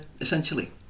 essentially